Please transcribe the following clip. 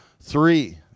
three